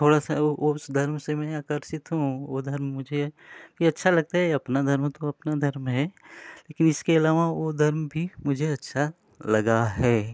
थोड़ा सा उस धर्म से मैं आकर्षित हूँ वो धर्म मुझे ये अच्छा लगता है अपना धर्म तो अपना धर्म है लेकिन इसके अलावा वो धर्म भी मुझे अच्छा लगा है